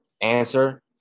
answer